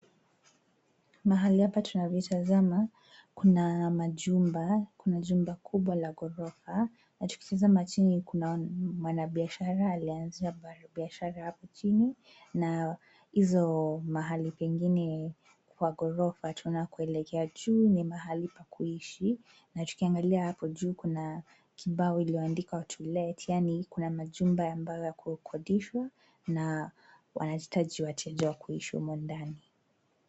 Mahali hapa tunavyotazama kuna majumba ,kuna jumba kubwa la gorofa na tukitazama chini kuna mwanabiashara aliazisha biashara hapo chini na hizo mahali pengine kwa gorofa tunapoelekea juu ni mahali pa kuishi na tukiangalia hapo juu kuna kibao kilioandikwa"TO LET" yaani kuna majumba ya kukodishwa na wanahitaji wateja wa kuishi humo ndani.